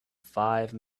five